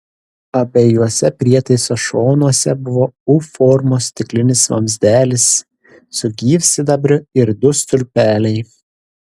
abiejuose prietaiso šonuose buvo u formos stiklinis vamzdelis su gyvsidabriu ir du stulpeliai